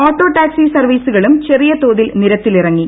auto taxi സർവീസുകളും ചെറിയ തോതിൽ നിരത്തിലിറങ്ങി